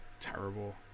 terrible